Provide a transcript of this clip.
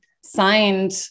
signed